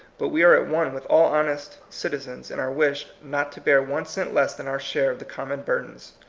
but we are at one with all honest citizens in our wish not to bear one cent less than our share of the common burdens.